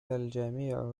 الجميع